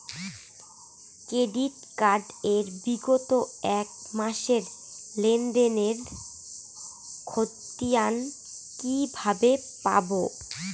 Credit card এর বিগত এক মাসের লেনদেন এর ক্ষতিয়ান কি কিভাবে পাব?